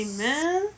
Amen